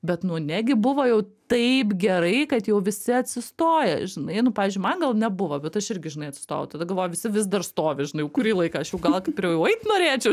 bet nu negi buvo jau taip gerai kad jau visi atsistoja žinai nu pavyzdžiui man gal nebuvo bet aš irgi žinai atstojau tada galvoju visi vis dar stovi žinai jau kurį laiką aš jau gal ir jau eit norėčiau